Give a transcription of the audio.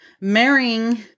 marrying